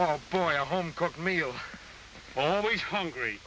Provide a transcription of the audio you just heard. oh boy a home cooked meal always hungry